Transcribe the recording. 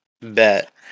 Bet